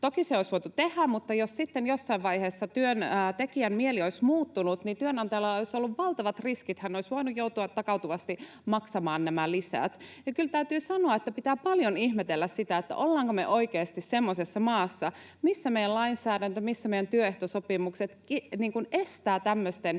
Toki se olisi voitu tehdä, mutta jos sitten jossain vaiheessa työntekijän mieli olisi muuttunut, niin työnantajalla olisi ollut valtavat riskit. Hän olisi voinut joutua takautuvasti maksamaan nämä lisät. Kyllä täytyy sanoa, että pitää paljon ihmetellä, ollaanko me oikeasti semmoisessa maassa, missä meidän lainsäädäntö ja missä meidän työehtosopimukset estävät tämmöisten